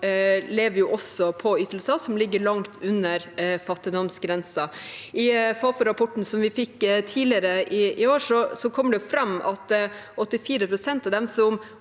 lever også på ytelser som ligger langt under fattigdomsgrensen. I Fafo-rapporten som vi fikk tidligere i år, kommer det fram at 84 pst. av de som